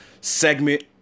segment